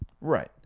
Right